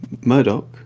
Murdoch